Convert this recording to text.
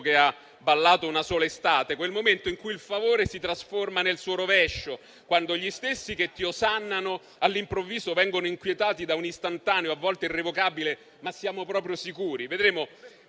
che ha ballato una sola estate. È quel momento in cui il favore si trasforma nel suo rovescio, quando gli stessi che ti osannano all'improvviso vengono inquietati da un istantaneo, a volte irrevocabile: ma siamo proprio sicuri?